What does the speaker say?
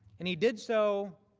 and he did so